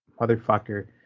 motherfucker